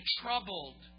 troubled